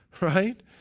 right